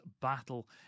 Battle